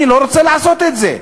אני לא רוצה לעשות את זה.